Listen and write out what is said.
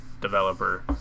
developer